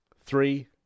Three